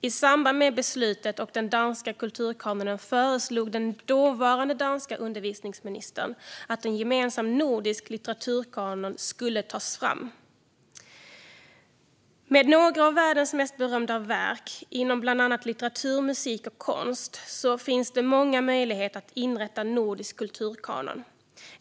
I samband med beslutet om den danska kulturkanonen föreslog den dåvarande danska undervisningsministern att en gemensam nordisk litteraturkanon skulle tas fram. Med några av världens mest berömda verk inom bland annat litteratur, musik och konst finns det många möjligheter att inrätta en nordisk kulturkanon.